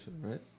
right